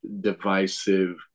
divisive